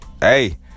hey